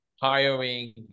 Hiring